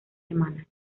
semana